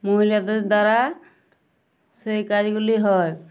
মহিলাদের দ্বারা সেই কাজগুলি হয়